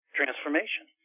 transformation